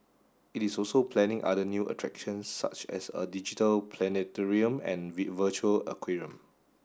it is also planning other new attractions such as a digital planetarium and virtual aquarium